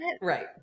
Right